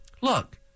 Look